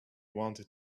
wanted